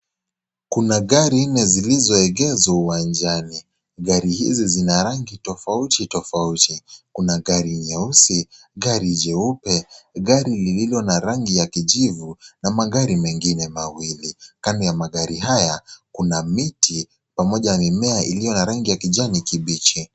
Kuna gari nne zilizoegezwa uwanjani. Gari hizi zina rangi tofauti tofauti. Kuna gari nyeusi, gari jeupe, gari lililo na rangi ya kijivu na magari mengine mawili. Kando ya magari haya kuna miti pamoja na mimea ya rangi ya kijani kibichi.